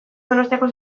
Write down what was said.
donostiako